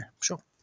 sure